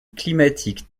climatique